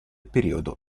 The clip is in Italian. periodo